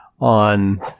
on